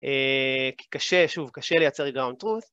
כי קשה, שוב, קשה לייצר ground Truth.